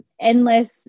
endless